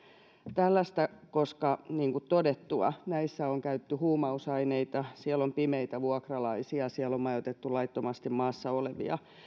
tällaista toimintaa niin kuin todettu näissä on käytetty huumausaineita on pimeitä vuokralaisia on majoitettu laittomasti maassa olevia